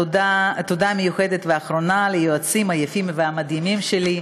תודה מיוחדת ואחרונה ליועצים היפים והמדהימים שלי.